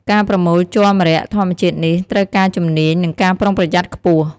ការប្រមូលជ័រម្រ័ក្សណ៍ធម្មជាតិនេះត្រូវការជំនាញ និងការប្រុងប្រយ័ត្នខ្ពស់។